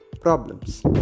problems